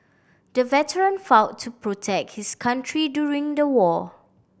the veteran fought to protect his country during the war